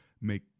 make